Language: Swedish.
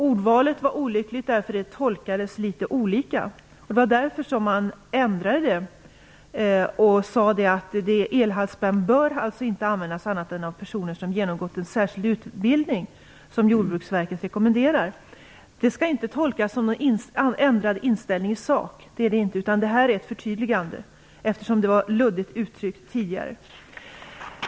Ordvalet var olyckligt, eftersom det kunde tolkades på litet olika sätt. Det var därför man införde ändringen att elhalsband inte bör användas av andra än av personer som genomgått en särskild utbildning som Jordbruksverket rekommenderar. Det skall inte tolkas som någon ändrad inställning i sak utan som ett förtydligande, eftersom innehållet tidigare var luddigt uttryckt.